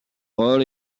rôle